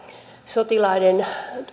sotilaiden